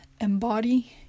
embody